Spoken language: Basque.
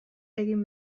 egin